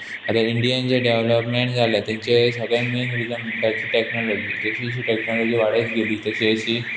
आतां इंडियेन जें डॅवलोपमेंट जाल्या तेंचे सगळें मेन रिजन म्हणटात ते टॅक्नोलॉजी जशी जशी टॅक्नोलॉजी वाडत गेली तशी तशी